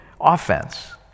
Offense